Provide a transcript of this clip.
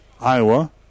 Iowa